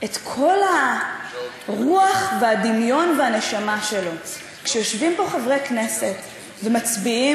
את כל הרוח והדמיון והנשמה שלו כשיושבים פה חברי כנסת ומצביעים,